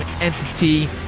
entity